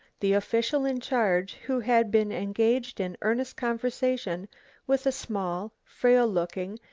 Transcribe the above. the official in charge, who had been engaged in earnest conversation with a small, frail-looking,